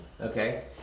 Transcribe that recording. Okay